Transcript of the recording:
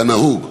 כנהוג,